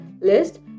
list